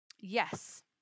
yes